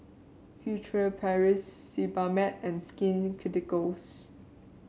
Furtere Paris Sebamed and Skin Ceuticals